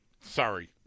Sorry